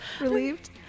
Relieved